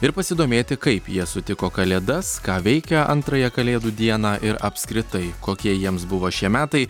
ir pasidomėti kaip jie sutiko kalėdas ką veikia antrąją kalėdų dieną ir apskritai kokie jiems buvo šie metai